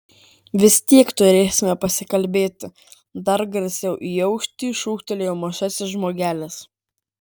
vis tiek turėsime pasikalbėti dar garsiau į aukštį šūktelėjo mažasis žmogelis